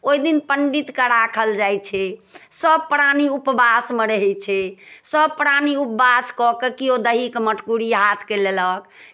ओहि दिन पण्डितके राखल जाइ छै सभ प्राणी उपवासमे रहै छै सभ प्राणी उपवास कऽ के किओ दहीके मटकूरी हाथके लेलक